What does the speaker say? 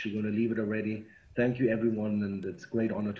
ועוד משהו, נושא שמדאיג אותי וארגונים אחרים,